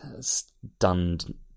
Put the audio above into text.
Stunned